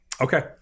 Okay